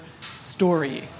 story